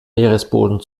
meeresboden